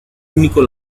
único